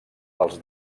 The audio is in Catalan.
dels